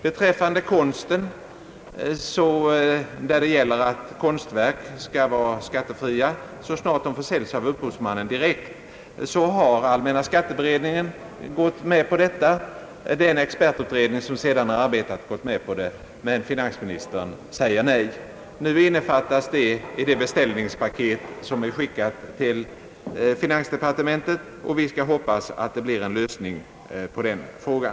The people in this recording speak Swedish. Allmänna skatteberedningen har gått med på förslaget att konstverk, som försäljs av upphovsmannen direkt, skall vara skattefria. Den expertutredning som sedan Ööverarbetat mervärdeskatteförslaget har tillstyrkt förslaget, men finansministern har sagt nej. Nu innefattas det i det beställningspaket som vi skickat till finansdepartementet. Vi hoppas på en lösning av denna fråga.